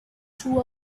through